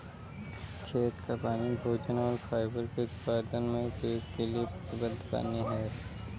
खेत का पानी भोजन और फाइबर के उत्पादन में उपयोग के लिए प्रतिबद्ध पानी है